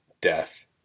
death